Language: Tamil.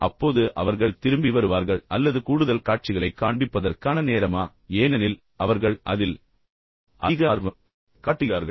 அப்போது அவர்கள் திரும்பி வருவார்கள் அல்லது கூடுதல் காட்சிகளைக் காண்பிப்பதற்கான நேரமா ஏனெனில் அவர்கள் அதில் அதிக ஆர்வம் காட்டுகிறார்கள்